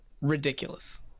ridiculous